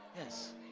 yes